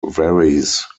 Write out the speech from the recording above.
varies